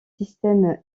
systèmes